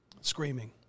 screaming